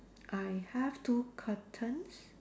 I have two curtains